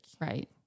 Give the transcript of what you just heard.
Right